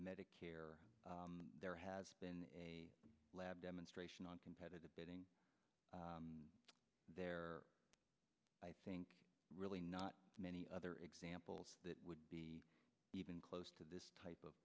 medicare there has been a lab demonstration on competitive bidding there i think really not many other examples would be even close to this type of